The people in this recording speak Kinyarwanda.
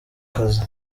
akazi